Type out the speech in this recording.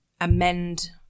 amend